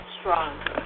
strong